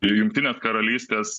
ir jungtinės karalystės